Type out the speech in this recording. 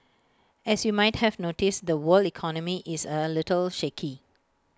as you might have noticed the world economy is A little shaky